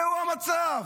זהו המצב.